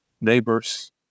neighbors